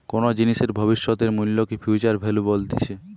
কোনো জিনিসের ভবিষ্যতের মূল্যকে ফিউচার ভ্যালু বলতিছে